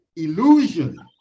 Illusion